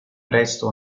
presto